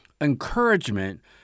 encouragement